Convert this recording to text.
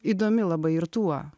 įdomi labai ir tuo